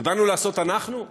ובאנו לעשות אנחנו,